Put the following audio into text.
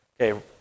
Okay